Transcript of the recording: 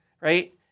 Right